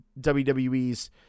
WWE's